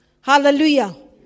Hallelujah